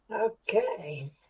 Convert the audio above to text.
Okay